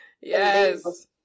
yes